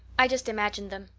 i just imagined them.